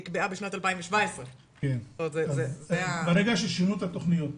פצצה שנקבעה בשנת 2017. ברגע ששינו את התוכניות,